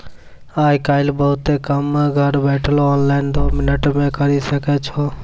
आय काइल बहुते काम घर बैठलो ऑनलाइन दो मिनट मे करी सकै छो